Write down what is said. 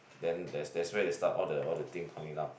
then that's that's where they start all the all the thing coming lah